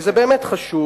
כי זה באמת חשוב.